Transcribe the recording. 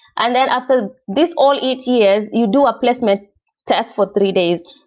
and then after these all eight years, you do a placement test for three days.